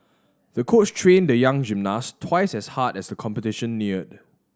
the coach trained the young gymnast twice as hard as the competition neared